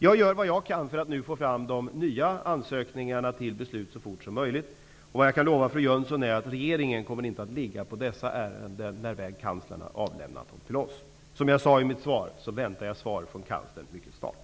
Jag gör vad jag kan för att nu få fram de nya ansökningarna till beslut så fort som möjligt. Jag kan lova fru Jönsson att regeringen inte kommer att ligga på dessa ärenden när väl Kanslern har avlämnat dem till oss. Som jag sade i mitt svar väntar jag ett svar från Kanslern mycket snart.